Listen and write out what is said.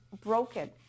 broken